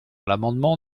l’amendement